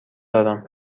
دارم